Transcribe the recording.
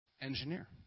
Engineer